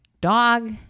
dog